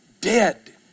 Dead